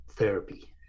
therapy